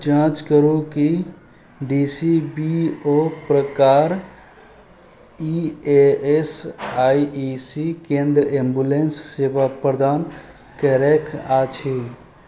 जांँच करू की डी सी बी ओ प्रकार ई एस आई सी केंद्र एम्बुलेंस सेवा प्रदान करैत अछि